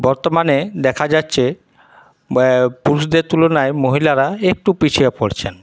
বর্তমানে দেখা যাচ্ছে বা পুরুষদের তুলনায় মহিলারা একটু পিছিয়ে পড়ছেন